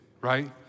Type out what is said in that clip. right